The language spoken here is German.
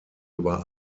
über